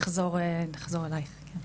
נחזור אלייך.